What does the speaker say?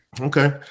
okay